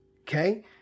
okay